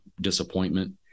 disappointment